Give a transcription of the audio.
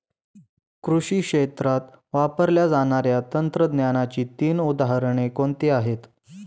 कृषी क्षेत्रात वापरल्या जाणाऱ्या तंत्रज्ञानाची तीन उदाहरणे कोणती आहेत?